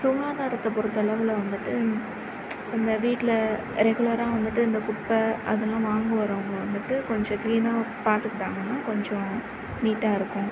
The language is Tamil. சுகாதாரத்தை பொறுத்த அளவில் வந்துவிட்டு அந்த வீட்டில் ரெகுலராக வந்துவிட்டு இந்த குப்பை அதெல்லாம் வாங்கவரவங்க வந்துவிட்டு கொஞ்சம் க்ளீனாக பார்த்துக்கிட்டாங்கன்னா கொஞ்சம் நீட்டாகருக்கும்